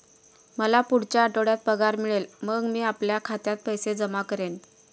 मला पुढच्या आठवड्यात पगार मिळेल मग मी आपल्या खात्यात पैसे जमा करेन